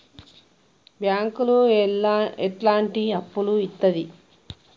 బ్యాంకులు ఎట్లాంటి అప్పులు ఇత్తది?